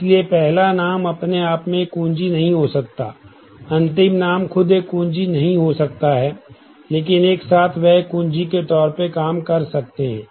इसलिए पहला नाम अपने आप में एक कुंजी नहीं हो सकता है अंतिम नाम खुद एक कुंजी नहीं हो सकता है लेकिन एक साथ वह एक कुंजी के तौर पर काम कर सकते हैं